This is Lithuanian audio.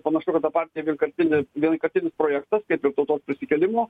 panašu kad ta partija vienkartinis vienkartinis projektas kaip ir tautos prisikėlimo